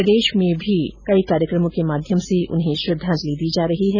प्रदेश में भी कई कार्यक्रमो के माध्यम से उन्हें श्रद्वाजंलि दी जा रही है